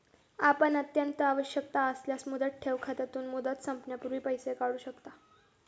आपण अत्यंत आवश्यकता असल्यास मुदत ठेव खात्यातून, मुदत संपण्यापूर्वी पैसे काढू शकता